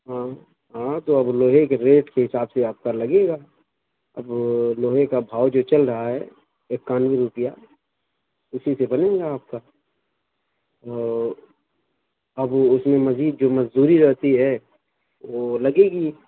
ہاں ہاں تو اب لوہے کے ریٹ کے حساب سے آپ کا لگے گا اب لوہے کا بھاؤ جو چل رہا ہے اکیانوے روپیہ اسی سے بنے گا آپ کا اور اب اس میں مزید جو مزدوری رہتی ہے وہ لگے گی